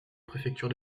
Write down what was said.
préfecture